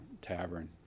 tavern